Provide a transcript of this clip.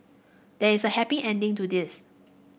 there is a happy ending to this